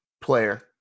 Player